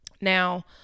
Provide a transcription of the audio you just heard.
Now